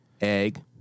egg